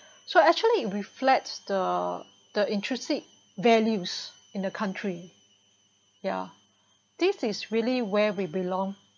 so actually it reflects the the intrusive values in the country yeah this is really where we belong